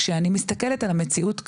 כשאני מסתכלת על המציאות כיום,